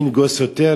מי ינגוס יותר,